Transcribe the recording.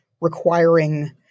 requiring